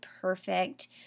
perfect